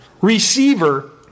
receiver